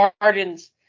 gardens